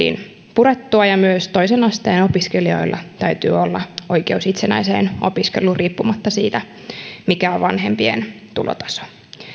kytkös saatiin purettua myös toisen asteen opiskelijoilla täytyy olla oikeus itsenäiseen opiskeluun riippumatta siitä mikä on vanhempien tulotaso